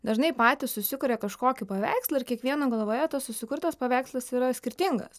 dažnai patys susikuria kažkokį paveikslą ir kiekvieno galvoje tas susikurtas paveikslas yra skirtingas